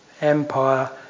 empire